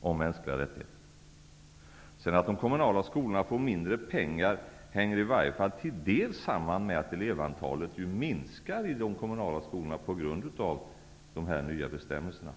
om mänskliga rättigheter. Att de kommunala skolorna får mindre pengar hänger till dels samman med att elevantalet i de kommunala skolorna minskar på grund av dessa nya bestämmelser.